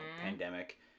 pandemic